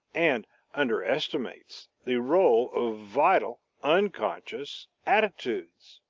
and underestimates the role of vital, unconscious, attitudes.